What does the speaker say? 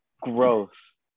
gross